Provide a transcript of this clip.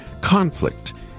Conflict